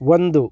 ಒಂದು